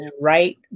right